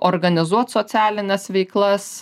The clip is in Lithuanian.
organizuot socialines veiklas